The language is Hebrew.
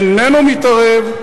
איננו מתערב,